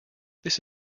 this